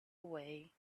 away